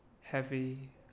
heavy